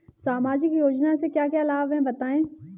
सामाजिक योजना से क्या क्या लाभ हैं बताएँ?